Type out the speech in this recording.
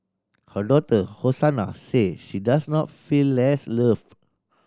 her daughter Hosanna say she does not feel less loved